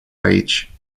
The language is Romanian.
aici